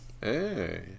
Hey